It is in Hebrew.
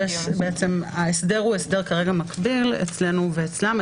ההסדר כרגע הוא הסדר מקביל אצלנו ואצלם.